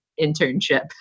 internship